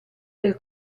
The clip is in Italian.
del